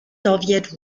soviet